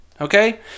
okay